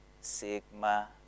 sigma